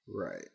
Right